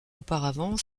auparavant